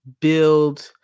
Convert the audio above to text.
build